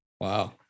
Wow